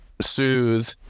soothe